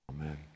amen